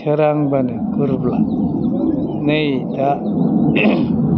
सोरांबानो ग्रोब ग्रोब नै दा